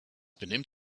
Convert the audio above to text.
benimmt